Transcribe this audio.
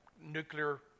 nuclear